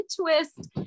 twist